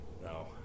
no